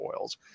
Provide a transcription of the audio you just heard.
oils